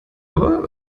aber